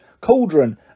cauldron